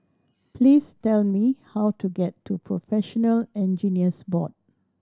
please tell me how to get to Professional Engineers Board